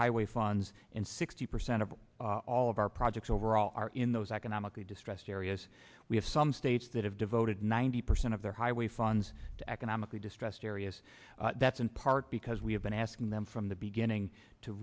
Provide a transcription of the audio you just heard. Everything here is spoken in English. highway funds and sixty percent of all of our projects overall are in those economically distressed areas we have some states that have devoted ninety percent of their highway funds to economically distressed areas that's in part because we have been asking them from the beginning to